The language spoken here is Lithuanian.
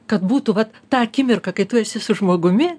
kad būtų vat ta akimirka kai tu esi su žmogumi